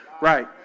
right